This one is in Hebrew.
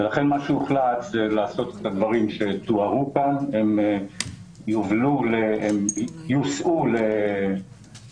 מה שהוחלט זה לעשות את הדברים שתוארו כאן: הם יוסעו למלוניות,